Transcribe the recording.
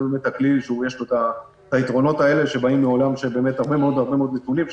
זה הכלי שיש לו את היתרונות האלה שבאים עם הרבה מאוד נתונים,